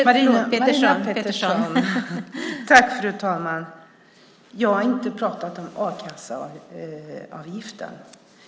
Fru talman! Jag har inte pratat om a-kasseavgiften.